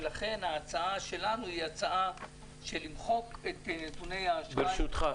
ולכן ההצעה שלנו היא הצעה למחוק את נתוני האשראי --- ברשותך,